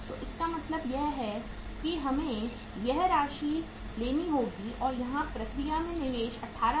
तो इसका मतलब है कि हमें यह राशि लेनी होगी कि यहां प्रक्रिया में निवेश 18750 है